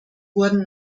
wurden